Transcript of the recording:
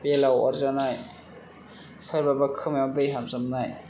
बेलाव अरजानाय सोरबाबा खोमायाव दै हाबजोबनाय